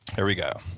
here we go.